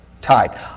Tied